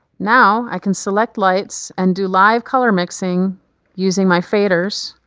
now i can select lights and do live color mixing using my faders,